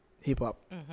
hip-hop